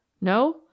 No